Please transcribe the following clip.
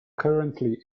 currently